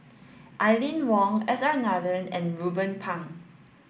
Aline Wong S R Nathan and Ruben Pang